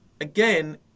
again